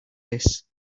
this